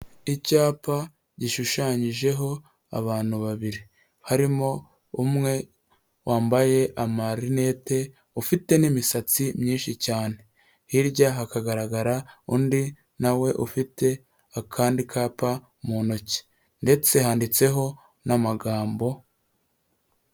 Icyapa gishushanyijeho abantu babiri harimo umwe wambaye amarinete ufite n'imisatsi myinshi cyane, hirya hakagaragara undi nawe ufite akandi kapa mu ntoki ndetse handitseho n'amagambo.